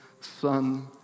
Son